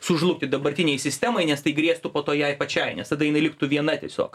sužlugti dabartinei sistemai nes tai grėstų po to jai pačiai nes tada jinai liktų viena tiesiog